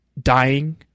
dying